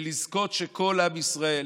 ולזכות שכל עם ישראל,